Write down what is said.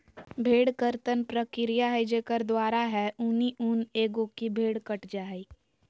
भेड़ कर्तन प्रक्रिया है जेकर द्वारा है ऊनी ऊन एगो की भेड़ कट जा हइ